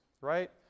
right